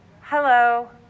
hello